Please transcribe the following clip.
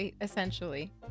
essentially